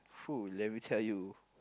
let me tell you